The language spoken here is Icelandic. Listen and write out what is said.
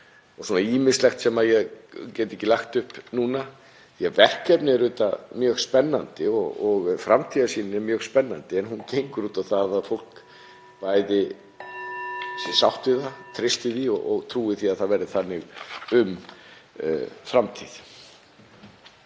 Svo er ýmislegt sem ég get ekki lagt upp núna því að verkefnið er auðvitað mjög spennandi og framtíðarsýnin er mjög spennandi. En hún gengur út á það að fólk bæði sé sátt við og treysti því og trúi því að það verði þannig um framtíð.